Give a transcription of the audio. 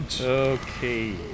Okay